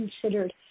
considered